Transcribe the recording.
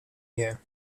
year